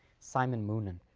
simon moonan.